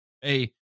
Hey